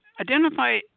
identify –